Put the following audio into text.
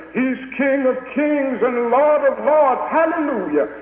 he's king of kings and lord of lords. hallelujah,